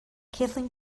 kathleen